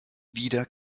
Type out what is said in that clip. wieder